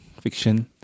fiction